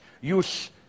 use